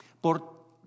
Por